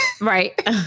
right